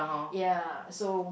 ya so